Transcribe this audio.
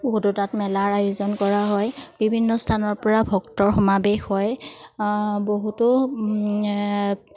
বহুতো তাত মেলাৰ আয়োজন কৰা হয় বিভিন্ন স্থানৰ পৰা ভক্তৰ সমাৱেশ হয় বহুতো